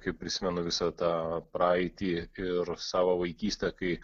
kaip prisimenu visą tą praeitį ir savo vaikystę kai